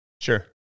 Sure